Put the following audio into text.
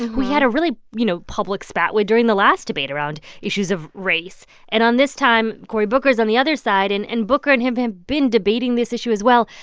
who he had a really, you know, public spat during the last debate around issues of race and on this time, cory booker is on the other side. and and booker and him have been debating this issue, as well.